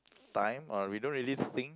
time or we don't really think